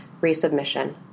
Resubmission